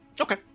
Okay